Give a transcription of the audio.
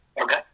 Okay